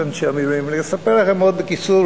אנשי המילואים לספר לכם מאוד בקיצור,